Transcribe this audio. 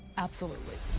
absolutely.